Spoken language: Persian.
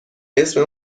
اسم